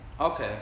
okay